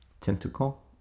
tentacle